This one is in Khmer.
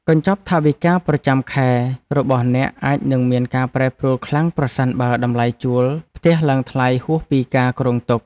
កញ្ចប់ថវិកាប្រចាំខែរបស់អ្នកអាចនឹងមានការប្រែប្រួលខ្លាំងប្រសិនបើតម្លៃជួលផ្ទះឡើងថ្លៃហួសពីការគ្រោងទុក។